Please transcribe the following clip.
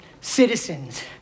citizens